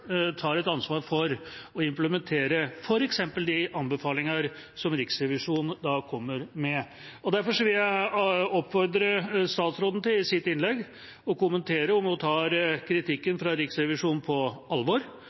tar et ansvar for å implementere f.eks. de anbefalinger som Riksrevisjonen kommer med. Derfor vil jeg oppfordre statsråden til i sitt innlegg å kommentere om hun tar kritikken fra Riksrevisjonen på alvor,